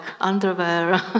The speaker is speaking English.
underwear